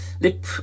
lip